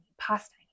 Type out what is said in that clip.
pasta